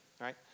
right